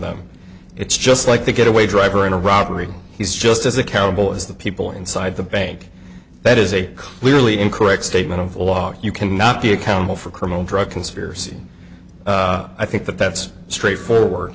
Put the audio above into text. them it's just like the getaway driver in a robbery he's just as accountable as the people inside the bank that is a clearly incorrect statement of law you cannot be accountable for criminal drug conspiracy i think that that's straightforward